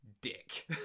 dick